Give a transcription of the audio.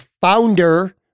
founder